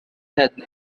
had